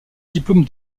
diplôme